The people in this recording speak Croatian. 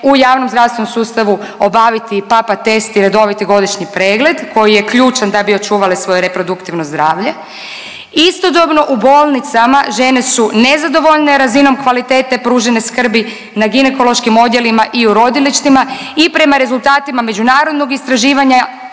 u javnom zdravstvenom sustavu obaviti papa test i redoviti godišnji pregled koji je ključan da bi očuvale svoje reproduktivno zdravlje. Istodobno u bolnicama žene su nezadovoljne razinom kvalitete pružene skrbi na ginekološkim odjelima i u rodilištima i prema rezultatima međunarodnog istraživanja